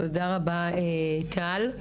תודה רבה, טל.